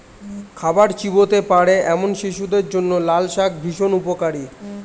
খাবার চিবোতে পারে এমন শিশুদের জন্য লালশাক ভীষণ উপকারী